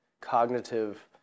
cognitive